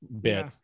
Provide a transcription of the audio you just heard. bit